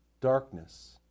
darkness